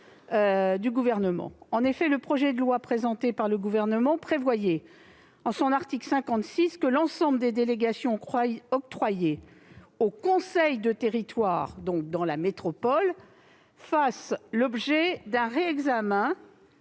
du Gouvernement en la matière. Le projet de loi présenté par le Gouvernement prévoyait, dans son article 56, que l'ensemble des délégations octroyées aux conseils de territoire de la métropole feraient l'objet d'un réexamen